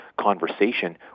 conversation